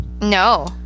no